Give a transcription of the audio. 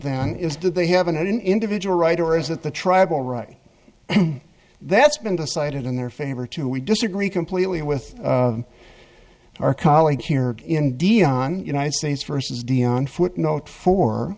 is do they have an individual right or is it the tribal right that's been decided in their favor to we disagree completely with our colleague here in dion united states versus dion footnote for